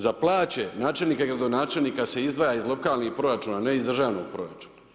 Za plaće načelnika i gradonačelnika se izdvaja iz lokalnih proračuna, ne iz državnog proračuna.